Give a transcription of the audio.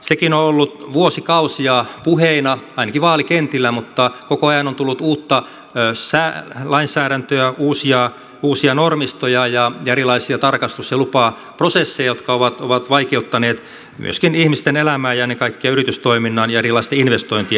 sekin on ollut vuosikausia puheina ainakin vaalikentillä mutta koko ajan on tullut uutta lainsäädäntöä uusia normistoja ja erilaisia tarkastus ja lupaprosesseja jotka ovat vaikeuttaneet myöskin ihmisten elämää ja ennen kaikkea yritystoiminnan ja erilaisten investointien etenemistä